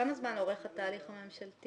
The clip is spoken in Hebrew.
כמה זמן אורך התהליך הממשלתי?